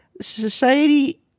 society